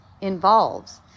involves